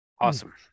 awesome